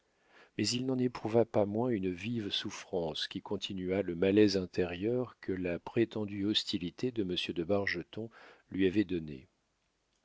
mais il n'en éprouva pas moins une vive souffrance qui continua le malaise intérieur que la prétendue hostilité de monsieur de bargeton lui avait donné